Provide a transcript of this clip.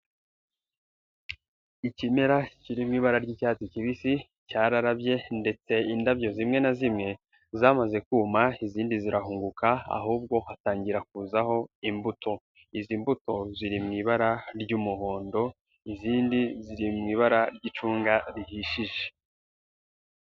Ikimera kiri mu ibara ry'icyatsi kibisi cyararabye ndetse indabyo zimwe na zimwe zamaze kuma izindi zirahunguka ahubwo hatangira kuzaho imbuto, izi mbuto ziri mu ibara ry'umuhondo, izindi ziri mu ibara ry'icunga rihishije.